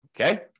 Okay